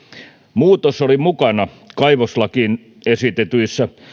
muutos oli mukana kaivoslakiin esitetyissä